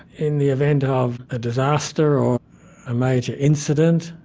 in the event of a disaster or a major incident,